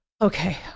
okay